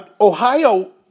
Ohio –